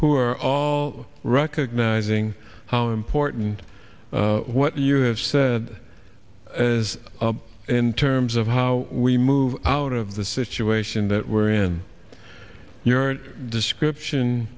who are all recognizing how important what you have said as in terms of how we move out of the situation that we're in your description